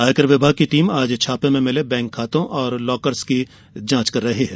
आयकर विभाग की टीम आज छापे में मिले बैंक खातों और लॉकर्स की जांच कर रही है